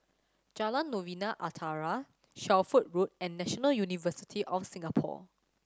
Jalan Novena Utara Shelford Road and National University of Singapore